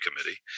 Committee